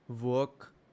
work